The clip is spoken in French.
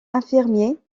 infirmiers